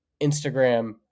Instagram